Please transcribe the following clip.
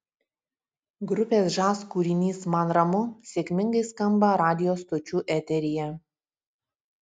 grupės žas kūrinys man ramu sėkmingai skamba radijo stočių eteryje